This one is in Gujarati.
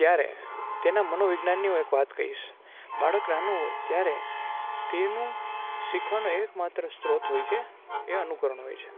ત્યારે તેના મનોવિજ્ઞાનની હું એક વાત કહીસ બાળક નાનું હોય ત્યારે તેનું શીખવાનો એકમાત્ર સ્ત્રોત હોય છે એ અનુકરણ હોય છે